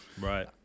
Right